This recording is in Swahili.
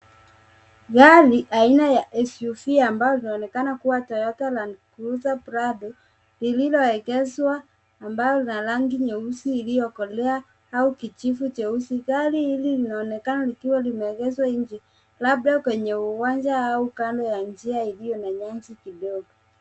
Gari aina ya SUV ambalo linaonekana kuwa Toyota Land Cruiser Prado lililoegeshwa ambayo lina rangi nyeusi iliyokolea au kijivu cheusi. Gari hili linaonekana likiwa limeegeshwa nje, labda kwenye uwanja au kando ya njia iliyo na nyasi kidogo.